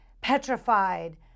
petrified